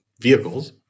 vehicles